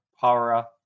Para